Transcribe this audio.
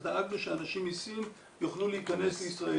אז דאגנו שאנשים מסין יוכלו להיכנס לישראל.